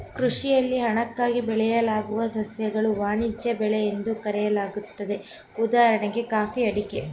ಕೃಷಿಯಲ್ಲಿ ಹಣಕ್ಕಾಗಿ ಬೆಳೆಯಲಾಗುವ ಸಸ್ಯಗಳನ್ನು ವಾಣಿಜ್ಯ ಬೆಳೆ ಎಂದು ಕರೆಯಲಾಗ್ತದೆ ಉದಾಹಣೆ ಕಾಫಿ ಅಡಿಕೆ